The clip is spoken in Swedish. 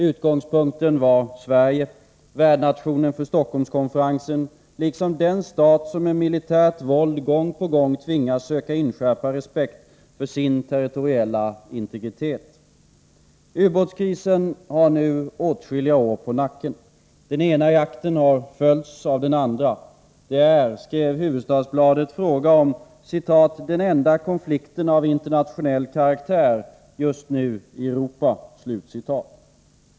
Utgångspunkten var Sverige — värdnation för Stockholmskonferensen, liksom den stat som med militärt våld gång på gång tvingas söka inskärpa respekt för sin territoriella integritet. Ubåtskrisen har nu åtskilliga år på nacken. Den ena jakten har följts av den andra. Det är, skriver Hufvudstadsbladet, fråga om ”den enda konflikten av internationell karaktär just nu i Europa”.